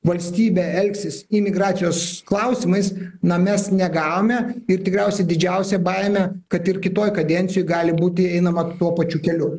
valstybė elgsis imigracijos klausimais na mes negavome ir tikriausiai didžiausia baimė kad ir kitoj kadencijoj gali būti einama tuo pačiu keliu